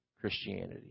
Christianity